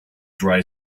dry